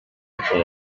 inshuro